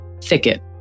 thicket